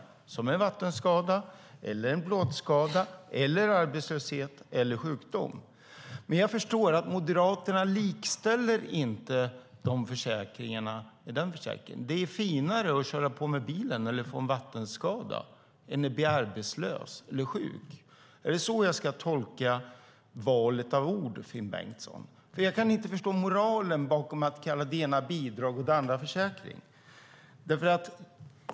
Det kan vara en vattenskada, en plåtskada, arbetslöshet eller sjukdom. Men jag förstår att Moderaterna inte likställer dessa försäkringar. Det är finare att köra på med bilen eller få en vattenskada än att bli arbetslös eller sjuk. Är det så jag ska tolka valet av ord, Finn Bengtsson? Jag kan inte förstå moralen bakom att kalla det ena bidrag och det andra försäkring.